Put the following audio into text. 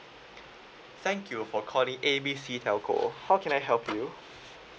thank you for calling A B C telco how can I help you